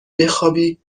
بخوابی